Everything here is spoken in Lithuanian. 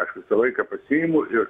aš visą laiką pasiimu ir